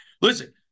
Listen